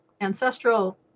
ancestral